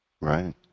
Right